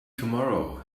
tomorrow